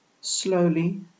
slowly